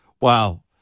Wow